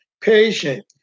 patient